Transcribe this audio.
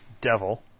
devil